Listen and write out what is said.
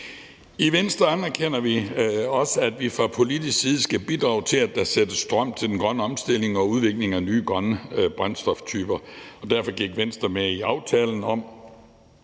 I Venstre anerkender vi også, at vi fra politisk side skal bidrage til, at der sættes strøm til den grønne omstilling og udviklingen af nye grønne brændstoftyper. Derfor gik Venstre med i den aftale, hvor